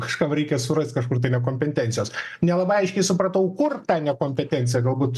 kažkam reikia surast kažkur tai nekompetencijos nelabai aiškiai supratau kur ta nekompetencija galbūt